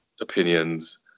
opinions